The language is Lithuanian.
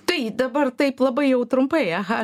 tai dabar taip labai jau trumpai aha